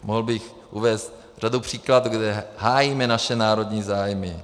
Mohl bych uvést řadu příkladů, kde hájíme naše národní zájmy.